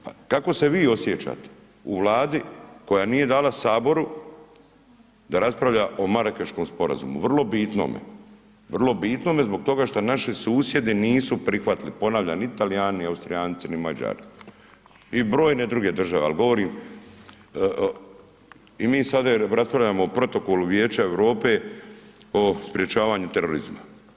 Pa kako se vi osjećate u Vladi koja nije dala HS da raspravlja o Marakeškom sporazumu, vrlo bitnome, vrlo bitnome zbog toga šta naši susjedi nisu prihvatili, ponavljam ni Talijani, ni Austrijanci, ni Mađari i brojne druge države, al govorim i sada raspravljamo o Protokolu Vijeća Europe o sprječavanju terorizma.